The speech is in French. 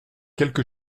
quelque